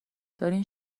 دارین